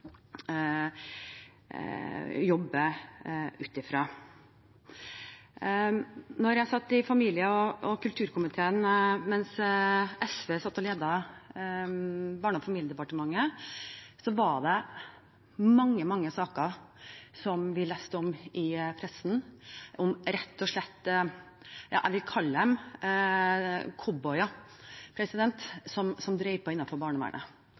ut fra. Da jeg satt i familie- og kulturkomiteen mens SV ledet Barne- og familiedepartementet, var det mange saker vi leste om i pressen, om det jeg rett og slett vil kalle cowboyer, som drev på innenfor barnevernet. Jeg